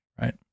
Right